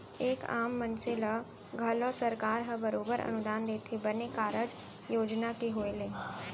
एक आम मनसे ल घलौ सरकार ह बरोबर अनुदान देथे बने कारज योजना के होय ले